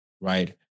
right